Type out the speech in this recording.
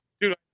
dude